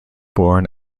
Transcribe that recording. born